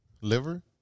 liver